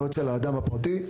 לא אצל האדם הפרטי.